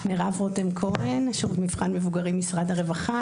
מרב רותם כהן, שירות מבחן מבוגרים, משרד הרווחה.